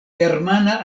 germana